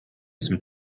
some